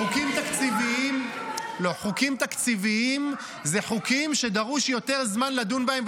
חוקים תקציביים הם חוקים שדרוש יותר זמן לדון בהם,